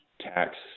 tax